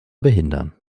behindern